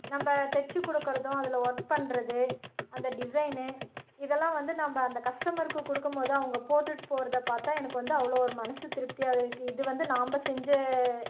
நம்ம தச்சு கொடுக்கறதும் அதில் ஒர்க் பண்ணுறது அந்த டிசைனு இதெல்லாம் வந்து நம்ம அந்த கஸ்டமருக்கு கொடுக்கும்போது அவங்க போட்டுட்டு போகிறத பார்த்தா எனக்கு வந்து அவ்வளோ ஒரு மனது திருப்தியாக தான் இருக்குது இது வந்து நம்ப செஞ்ச